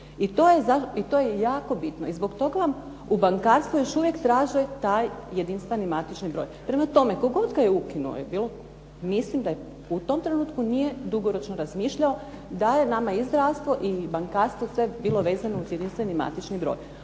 I to je jako bitno. I zbog toga vam u bankarstvu još uvijek traže taj jedinstveni matični broj. Prema tome, tko god ga je ukinuo mislim da u tom trenutku nije dugoročno razmišljao da je nama i zdravstvo i bankarstvo sve bilo vezano uz jedinstveni matični broj.